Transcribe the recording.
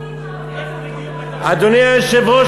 אדוני היושב-ראש,